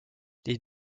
les